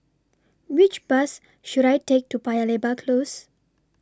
Which Bus should I Take to Paya Lebar Close